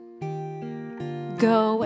go